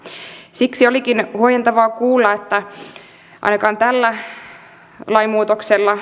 siksi olikin huojentavaa kuulla että ainakaan tällä lainmuutoksella